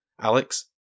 Alex